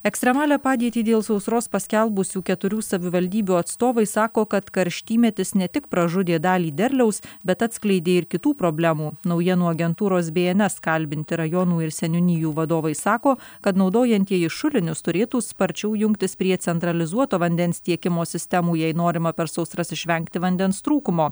ekstremalią padėtį dėl sausros paskelbusių keturių savivaldybių atstovai sako kad karštymetis ne tik pražudė dalį derliaus bet atskleidė ir kitų problemų naujienų agentūros bns kalbinti rajonų ir seniūnijų vadovai sako kad naudojantieji šulinius turėtų sparčiau jungtis prie centralizuoto vandens tiekimo sistemų jei norima per sausras išvengti vandens trūkumo